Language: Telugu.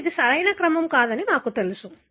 ఇప్పుడు ఇది సరైన క్రమం కాదని మాకు తెలుసు